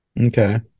Okay